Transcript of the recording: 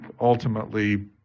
ultimately